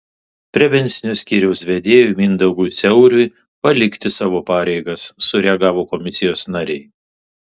prevencinio skyriaus vedėjui mindaugui siauriui palikti savo pareigas sureagavo komisijos nariai